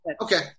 Okay